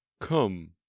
come